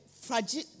fragile